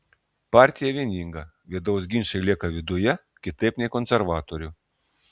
partija vieninga vidaus ginčai lieka viduje kitaip nei konservatorių